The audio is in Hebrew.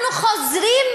אנחנו חוזרים,